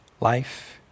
life